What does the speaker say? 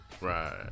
Right